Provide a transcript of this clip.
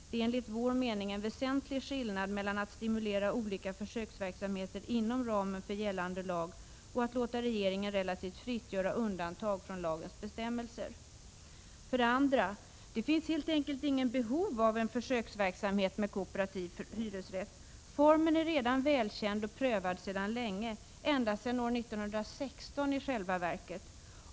Det är enligt vår mening en väsentlig skillnad mellan att stimulera olika försöksverksamheter inom ramen för gällande lag och att låta regeringen relativt fritt få göra undantag från lagens bestämmelser. För det andra finns det helt enkelt inget behov av en försöksverksamhet med kooperativ hyresrätt. Formen är redan välkänd och sedan länge prövad —-i själva verket ända sedan år 1916.